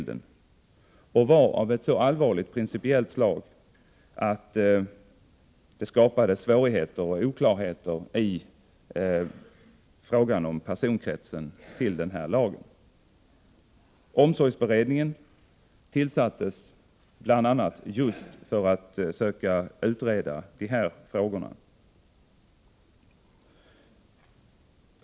Dessa var av så allvarlig principiell art att de skapade svårigheter och oklarheter när det gällde personkretsen i samband med den här lagen. Omsorgsberedningen tillsattes bl.a. för att söka utreda de här frågorna.